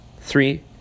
Three